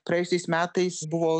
praėjusiais metais buvo